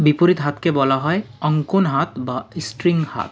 বিপরীত হাতকে বলা হয় অঙ্কন হাত বা স্ট্রিং হাত